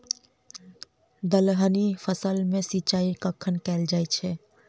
दलहनी फसल मे सिंचाई कखन कैल जाय छै?